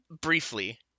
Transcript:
Briefly